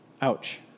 Ouch